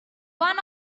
one